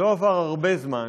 לא עבר הרבה זמן,